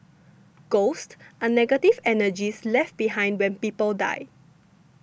ghosts are negative energies left behind when people die